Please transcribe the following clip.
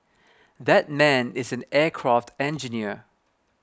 that man is an aircraft engineer